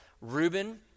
Reuben